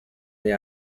the